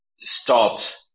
stops